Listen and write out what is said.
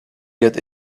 get